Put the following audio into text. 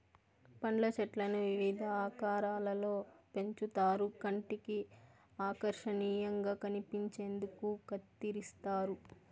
పండ్ల చెట్లను వివిధ ఆకారాలలో పెంచుతారు కంటికి ఆకర్శనీయంగా కనిపించేందుకు కత్తిరిస్తారు